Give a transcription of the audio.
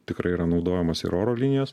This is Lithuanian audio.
tikrai yra naudojamos ir oro linijos